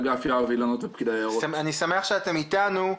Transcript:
אני שמח שאתם איתנו.